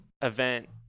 event